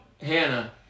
Hannah